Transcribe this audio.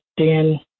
Dan